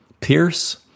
Pierce